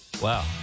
Wow